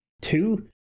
Two